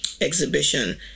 exhibition